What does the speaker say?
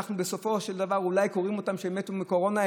בסופו של דבר אולי קוראים שהם מתו מקורונה,